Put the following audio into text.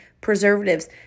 preservatives